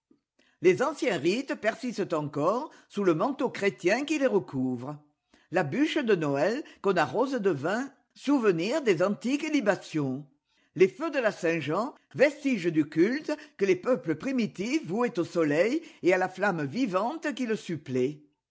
les anciens rites persistent encore sous le manteau chrétien qui les recouvre la bûche de noël qu'on arrose de vin souvenir des antiques libations les feux de la saint-jean vestige du culte que les peuples primitifs vouaient au soleil et à la flamme vivante qui le supplée